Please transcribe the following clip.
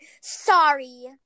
Sorry